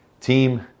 team